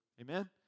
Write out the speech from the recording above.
Amen